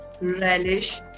relish